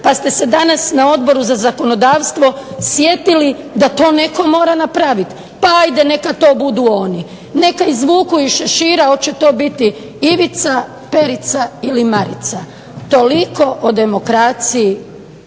pa ste se danas na Odboru za zakonodavstvo sjetili da to netko mora napraviti pa ajde neka to budu oni. Neka izvuku iz šešira hoće to biti Ivica, Perica ili Marica. Toliko o demokraciji